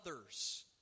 others